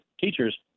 teachers